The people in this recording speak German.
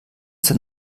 sein